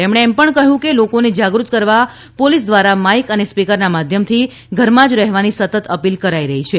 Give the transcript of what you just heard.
તેમણે એમ પણ કહ્યું હતું કે લોકોને જાગૃત કરવા પોલીસ દ્વારા માઈક અને સ્પીકરના માધ્યમથી ઘરમાં જ રહેવાની સતત અપીલ કરાઈ રહી છે